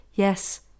Yes